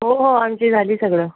हो हो आमची झाली सगळं